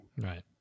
Right